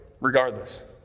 regardless